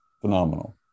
Phenomenal